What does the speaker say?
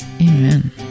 Amen